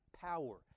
power